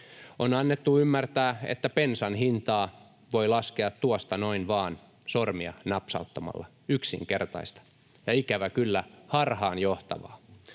on annettu ymmärtää, että bensan hintaa voi laskea tuosta noin vaan sormia napsauttamalla — yksinkertaista ja ikävä kyllä harhaanjohtavaa.